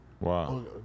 Wow